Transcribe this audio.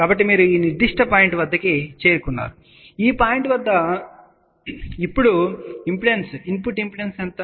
కాబట్టి మీరు ఈ నిర్దిష్ట పాయింట్ వద్దకు చేరుకున్నారు మరియు ఈ పాయింట్ వద్ద ఇప్పుడు ఇన్పుట్ ఇంపిడెన్స్ ఎంత